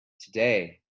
Today